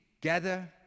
gather